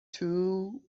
two